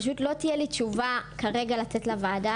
פשוט לא תהיה לי תשובה לתת כרגע לוועדה